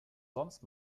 sonst